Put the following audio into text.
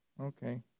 Okay